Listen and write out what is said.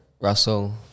Russell